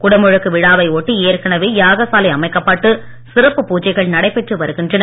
குடமுழுக்கு விழாவை ஒட்டி ஏற்கனவே யாகசாலை அமைக்கப்பட்டு சிறப்பு பூஜைகள் நடைபெற்று வருகின்றன